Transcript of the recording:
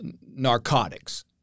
narcotics